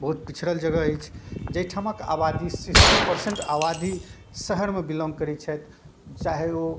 बहुत पिछड़ल जगह अछि जाहिठामके आबादी सिक्सटी परसेन्ट आबादी शहरमे बिलॉङ्ग करै छथि चाहे ओ